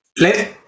let